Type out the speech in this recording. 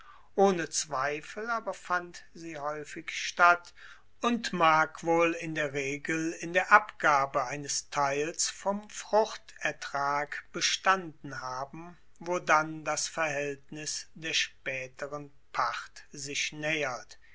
ohne zweifel aber fand sie haeufig statt und mag wohl in der regel in der abgabe eines teils vom fruchtertrag bestanden haben wo dann das verhaeltnis der spaeteren pacht sich naehert